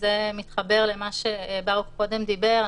זה מתחבר למה שברוך קודם דיבר.